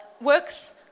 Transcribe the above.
works